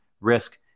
risk